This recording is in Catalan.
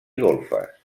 golfes